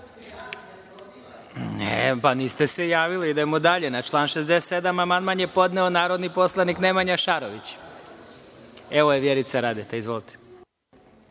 niste se javili, idemo dalje. Na član 67. amandman je podneo narodni poslanik Nemanja Šarović. Vjerica Radeta, izvolite.